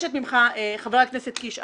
חבר הכנסת קיש,